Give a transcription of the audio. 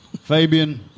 Fabian